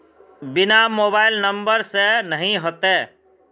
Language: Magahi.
बिना मोबाईल नंबर से नहीं होते?